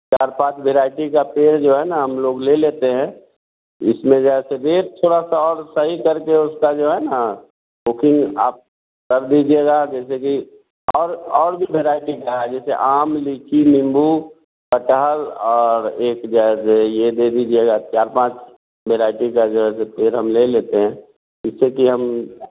चार पाँच वैराईटी का पेड़ जो है ना हम लोग ले लेते हैं इसमें जैसे रेट थोड़ा सा और सही करके उसका जो है ना बुकिंग आप कर दीजिएगा जैसे कि और और भी वैराईटी का है जैसे आम लीची नींबू कटहल और एक जैसे यह दे दीजिएगा चार पाँच वैराईटी का जो पेड़ हम ले लेते हैं जिससे की हम